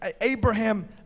Abraham